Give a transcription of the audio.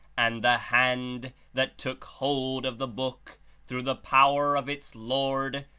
and the hand that took hold of the book through the power of its lord,